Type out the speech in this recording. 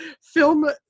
film